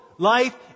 Life